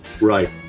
Right